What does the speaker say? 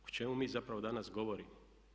O čemu mi zapravo danas govorimo.